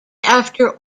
after